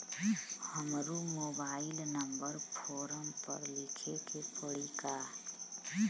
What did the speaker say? हमरो mobile number form पर लिखे के पड़ी का?